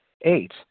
Eight